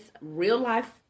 real-life